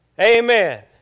Amen